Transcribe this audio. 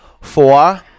Four